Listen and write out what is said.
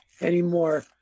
anymore